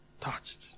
Touched